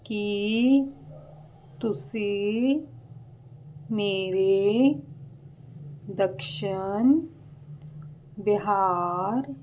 ਕੀ ਤੁਸੀਂ ਮੇਰੇ ਦੱਖਸ਼ਣ ਬਿਹਾਰ